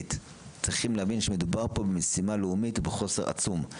טכנית צריכים להבין שמדובר פה במשימה לאומית ובחוסר עצום.